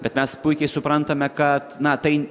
bet mes puikiai suprantame kad na tai